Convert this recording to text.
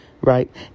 right